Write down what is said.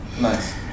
Nice